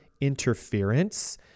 interference